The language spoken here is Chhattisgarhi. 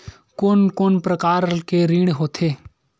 कोन कोन प्रकार के ऋण होथे?